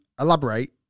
elaborate